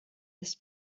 das